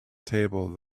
table